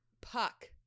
Puck